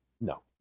No